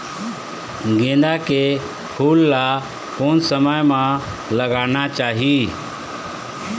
गेंदा के फूल ला कोन समय मा लगाना चाही?